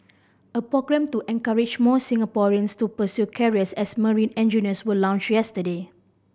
a programme to encourage more Singaporeans to pursue careers as marine engineers was launched yesterday